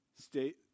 state